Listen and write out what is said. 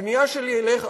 הפנייה שלי אליך,